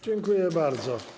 Dziękuję bardzo.